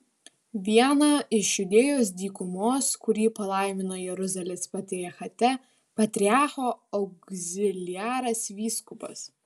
vieną iš judėjos dykumos kurį palaimino jeruzalės patriarchate patriarcho augziliaras vyskupas